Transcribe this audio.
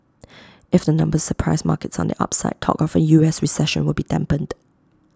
if the numbers surprise markets on the upside talk of A U S recession will be dampened